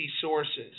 sources